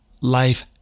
life